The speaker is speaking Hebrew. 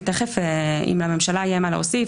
ותכף אם לממשלה או לכם יהיה מה להוסיף,